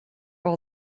all